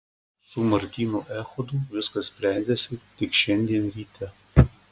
su martynu echodu viskas sprendėsi tik šiandien ryte